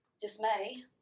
dismay